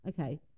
Okay